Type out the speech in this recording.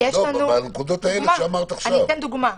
אני אתן דוגמה.